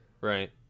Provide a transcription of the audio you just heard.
Right